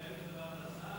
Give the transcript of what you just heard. נגד זה בעד השר?